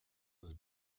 ist